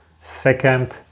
Second